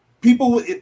People